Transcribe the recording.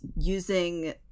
using